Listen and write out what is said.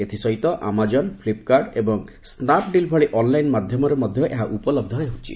ଏଥିସହିତ ଆମାଜନ୍ ଫ୍ଲିପ୍କାର୍ଟ ଏବଂ ସ୍ନାପ୍ଡିଲ୍ ଭଳି ଅନ୍ଲାଇନ୍ ମାଧ୍ୟମରେ ଏହା ଉପଲବ୍ଧ ହେଉଛି